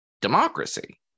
democracy